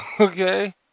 Okay